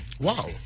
Wow